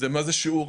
מה הוא שיעור,